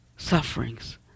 Sufferings